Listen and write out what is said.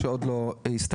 שעוד לא הסתיימה,